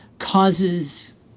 causes